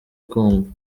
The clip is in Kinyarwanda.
kumva